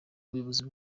umuyobozi